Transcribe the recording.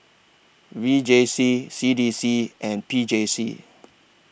V J C C D C and P J C